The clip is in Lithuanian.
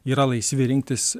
yra laisvi rinktis